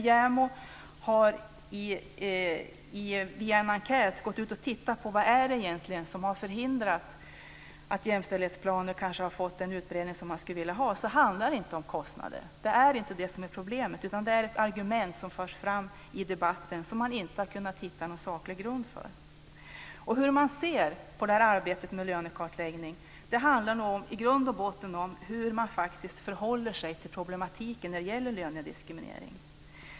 JämO har i en enkät tittat på vad det egentligen är som har förhindrat att jämställdhetsplaner inte har fått den utbredning som man skulle vilja ha. Det handlar inte om kostnader. Det är inte det som är problemet, utan det är ett argument som förs fram i debatten som man inte har kunnat hitta någon saklig grund för. Hur man ser på arbetet med lönekartläggning handlar nog i grund och botten om hur man faktiskt förhåller sig till problematiken när det gäller lönediskriminering.